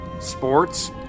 Sports